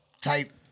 type